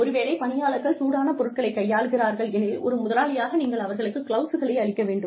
ஒருவேளை பணியாளர்கள் சூடான பொருட்களை கையாளுகிறார்கள் எனில் ஒரு முதலாளியாக நீங்கள் அவர்களுக்கு கிளவுஸ்களை அளிக்க வேண்டும்